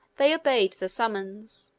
they obeyed the summons,